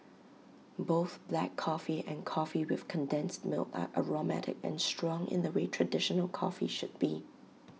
both black coffee and coffee with condensed milk are aromatic and strong in the way traditional coffee should be